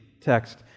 text